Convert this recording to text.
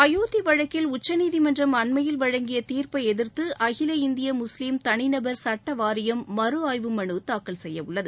அயோத்தி வழக்கில் உச்சநீதிமன்றம் அண்மையில் வழங்கிய தீர்ப்பை எதிர்த்து அகில இந்திய முஸ்லிம் தனிநபர் சுட்ட வாரியம் மறு ஆய்வு மனு தாக்கல் செய்ய உள்ளது